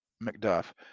Macduff